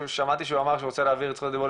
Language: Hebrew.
יש הרבה מאוד אנשים שרוצים לעסוק בחקלאות,